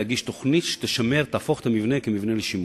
להגיש תוכנית שתהפוך את המבנה למבנה לשימור.